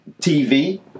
TV